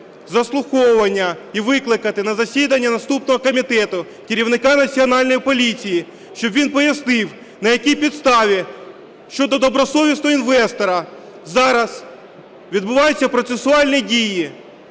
заслуховування і викликати на засідання наступного комітету керівника Національної поліції, щоб він пояснив, на якій підставі щодо добросовісного інвестора зараз відбуваються процесуальні дії